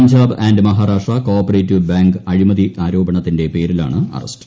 Punjab and Maharashtra co operative bank അഴിമതി ആരോപണത്തിന്റെ പേരിലാണ് അറസ്റ്റ്